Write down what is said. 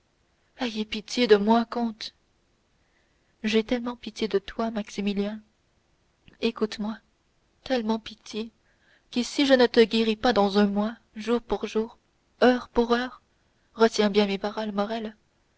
ayez pitié de moi comte j'ai tellement pitié de toi maximilien écoute-moi tellement pitié que si je ne te guéris pas dans un mois jour pour jour heure pour heure retiens bien mes paroles morrel